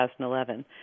2011